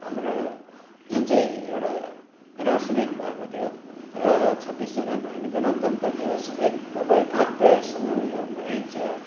हाम्रो जुन चाहिँ एउटा अनाउन्समेन्ट भएको थियो र छब्बिस जनवरीमा हामी गणतन्त्र दिवस एकदमै भव्यसँग यो मनाइन्छ